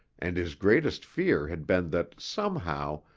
and his greatest fear had been that, somehow,